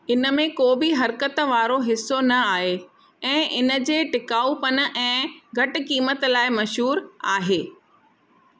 इनमें को बि हरकतु वारो हिस्सो न आहे ऐं इनजे टिकाऊ पन ऐं घटि क़ीमत लाइ मशहूरु आहे